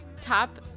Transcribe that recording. top